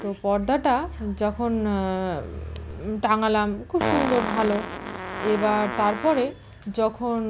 তো পর্দাটা যখন টাঙালাম খুব সুন্দর ভালো এবার তারপরে যখন